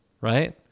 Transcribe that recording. right